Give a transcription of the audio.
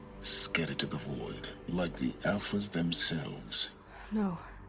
scattered to the void. like the alphas themselves no.